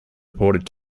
reported